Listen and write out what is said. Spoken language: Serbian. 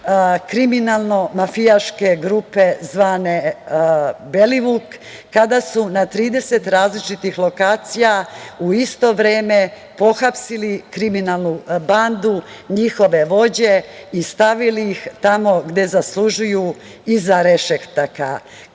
kriminalno-mafijaške grupe zvane Belivuk, kada su na 30 različitih lokacija, u isto vreme pohapsili kriminalnu bandu, njihove vođe i stavili ih tamo gde zaslužuju, iza rešetaka. Kriminal